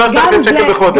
3,000 שקל בחודש.